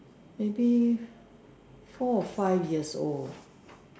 maybe four or five years old